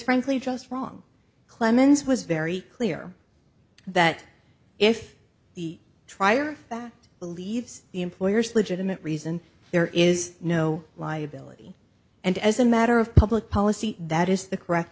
frankly just wrong clemens was very clear that if the trier believes the employer's legitimate reason there is no liability and as a matter of public policy that is the correct